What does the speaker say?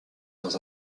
dans